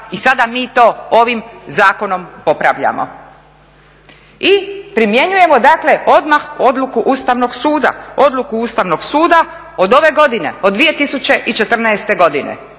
i sada mi to ovim zakonom popravljamo. I primjenjujemo, dakle odmah odluku Ustavnog suda, odluku Ustavnog suda od ove godine,